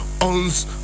owns